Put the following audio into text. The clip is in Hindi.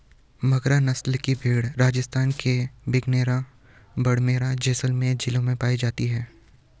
मगरा नस्ल की भेंड़ राजस्थान के बीकानेर, बाड़मेर, जैसलमेर जिलों में पाई जाती हैं